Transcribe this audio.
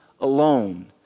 alone